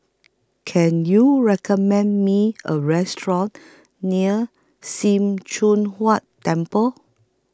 Can YOU recommend Me A near SIM Choon Huat Temple